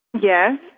Yes